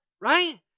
right